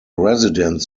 residents